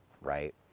Right